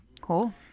Cool